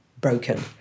broken